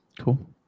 Cool